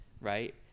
right